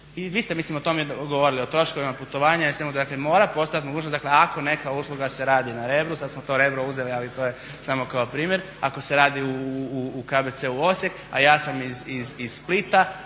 vi ste mislim o tome govorili o troškovima putovanja i svemu. Dakle mora postojati mogućnost, dakle ako neka usluga se radi na Rebru, sada smo to Rebro uzeli ali to je samo kao primjer, ako se radi u KBC Osijek a ja sam iz Splita